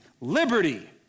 Liberty